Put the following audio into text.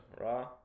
Raw